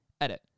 Edit